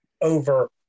over